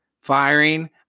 firing